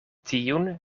tiun